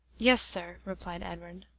yes, sir, replied edward,